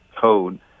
code